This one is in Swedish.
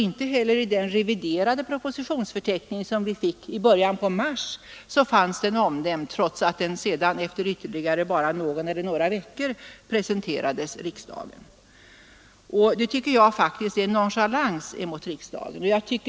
Inte heller i den reviderade propositionsförteckning som vi fick i början av mars fanns den omnämnd, trots att den senare efter bara ytterligare någon eller några veckor presenterades riksdagen. Det tycker jag är en nonchalans mot riksdagen.